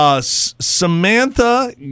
Samantha